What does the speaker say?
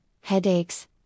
headaches